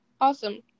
awesome